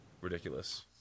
ridiculous